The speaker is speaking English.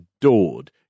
adored